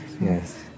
Yes